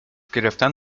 گرفتن